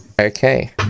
Okay